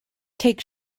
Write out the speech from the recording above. take